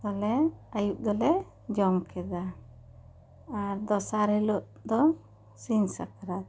ᱫᱚᱞᱮ ᱟᱭᱩᱵ ᱫᱚᱞᱮ ᱡᱚᱢ ᱠᱮᱫᱟ ᱟᱨ ᱫᱚᱥᱟᱨ ᱦᱤᱞᱚᱜ ᱫᱚ ᱥᱤᱧ ᱥᱟᱠᱨᱟᱛ